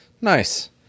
Nice